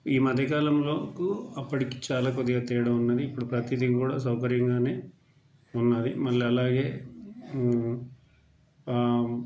ఈ మధ్య కాలంలోకు అప్పటికి చాలా కొద్దిగా తేడా ఉన్నది ఇప్పుడు ప్రతిదీ కూడా సౌకర్యంగానే ఉన్నది మళ్ళీ అలాగే